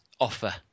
offer